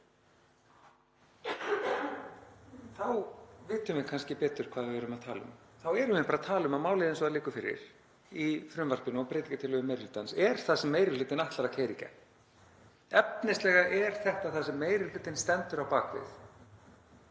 Þá vitum við kannski betur hvað við erum að tala um. Þá erum við bara að tala um að málið eins og það liggur fyrir í frumvarpinu og breytingartillögum meiri hlutans er það sem meiri hlutinn ætlar að keyra í gegn. Efnislega er þetta það sem meiri hlutinn stendur á bak við.